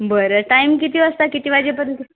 बरं टाईम किती वाजता किती वाजेपर्यंत